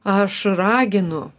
aš raginu